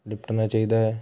ਲਿਪਟਾਉਣਾ ਚਾਹੀਦਾ ਹੈ